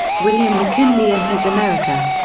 william mckinley and his america.